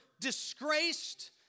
disgraced